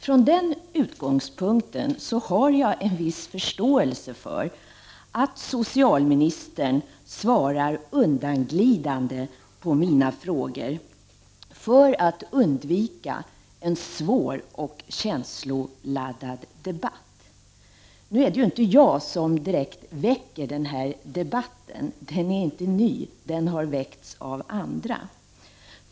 Från den utgångspunkten har jag en viss förståelse för att socialministern svarar undanglidande på mina frågor för att undvika en svår och känsloladdad debatt. Nu är det ju inte jag som direkt väcker den här debatten; den är inte ny.